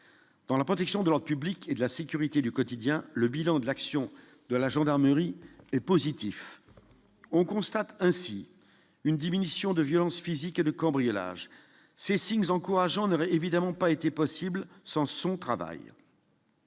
dans la protection de leur public et de la sécurité du quotidien, le bilan de l'action de la gendarmerie est positif, on constate ainsi une diminution de violences physiques et de cambriolages ces signes encourageants ne évidemment pas été possible sans son travail.